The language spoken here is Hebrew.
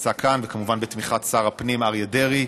נמצא כאן, כמובן, בתמיכת שר הפנים אריה דרעי.